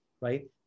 right